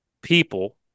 people